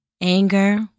Anger